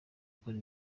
ikora